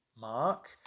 Mark